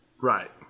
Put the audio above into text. right